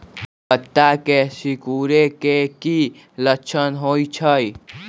पत्ता के सिकुड़े के की लक्षण होइ छइ?